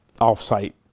off-site